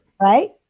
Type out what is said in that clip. Right